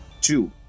Two